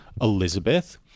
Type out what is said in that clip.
Elizabeth